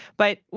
but,